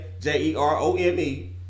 J-E-R-O-M-E